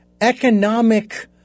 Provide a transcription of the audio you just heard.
economic